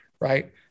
right